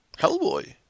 Hellboy